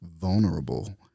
vulnerable